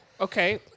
Okay